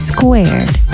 Squared